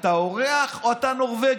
אתה אורח או אתה נורבגי?